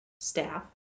staff